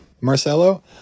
Marcelo